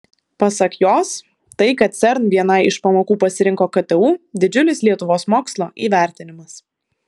pasak jos tai kad cern vienai iš pamokų pasirinko ktu didžiulis lietuvos mokslo įvertinimas